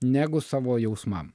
negu savo jausmam